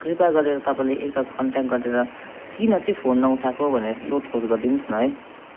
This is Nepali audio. कृपया गरेर तपाईँले एकताल कन्ट्याक्ट गरेर किन चाहिँ फोन नउठाएको भनेर सोधखोज गरिदिनु होस् न है